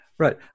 Right